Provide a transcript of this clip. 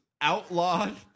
outlawed